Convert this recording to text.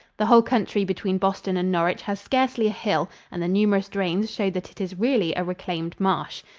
the whole country between boston and norwich has scarcely a hill and the numerous drains showed that it is really a reclaimed marsh.